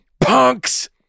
punks